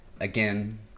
Again